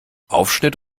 aufschnitt